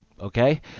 okay